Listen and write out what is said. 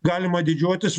galima didžiuotis